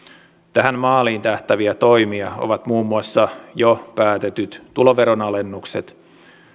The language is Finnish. tähän maaliin tähtääviä toimia ovat muun muassa jo päätetyt tuloveronalennukset